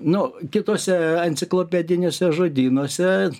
nu kitose enciklopediniuose žodynuose